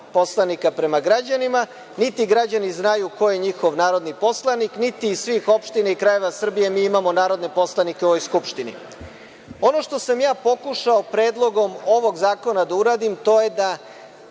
poslanika prema građanima, niti građani znaju ko je njihov narodni poslanik, niti iz svih opština i krajeva Srbije mi imamo narodne poslanike u ovoj skupštini. Ono što sam ja pokušao predlogom ovog zakona da uradim, to je da